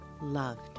loved